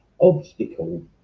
obstacle